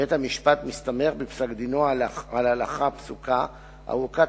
בית-המשפט מסתמך בפסק-דינו על ההלכה הפסוקה ארוכת